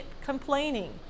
complaining